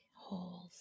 Holes